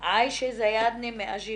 שאני הולכת לרופאה